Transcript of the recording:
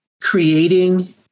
creating